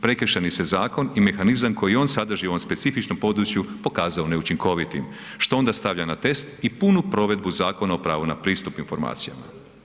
Prekršajni se zakon i mehanizam koji on sadrži u ovom specifičnom području pokazao neučinkovitim što onda stavlja na test i punu provedbu zakona o pravu na pristup informacijama.